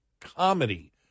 comedy